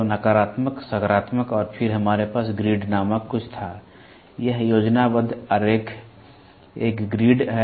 तो नकारात्मक सकारात्मक और फिर हमारे पास ग्रिड नामक कुछ था यह योजनाबद्ध आरेख एक ग्रिड है